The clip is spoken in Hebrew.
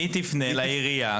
היא תפנה לעירייה.